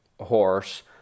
horse